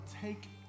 take